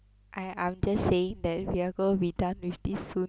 I I'm just saying that we're going to be done with this soon